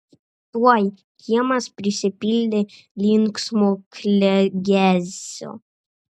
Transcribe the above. tuoj kiemas prisipildė linksmo klegesio